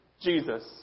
Jesus